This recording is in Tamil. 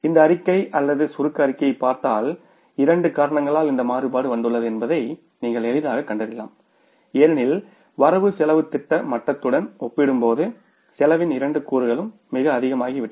இந்த அறிக்கை அல்லது சுருக்க அறிக்கையைப் பார்த்தால் இரண்டு காரணங்களால் இந்த மாறுபாடு வந்துள்ளது என்பதை நீங்கள் எளிதாகக் கண்டறியலாம் ஏனெனில் வரவு செலவுத் திட்ட மட்டத்துடன் ஒப்பிடும்போது செலவின் இரண்டு கூறுகளும் மிக அதிகமாகிவிட்டன